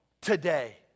Today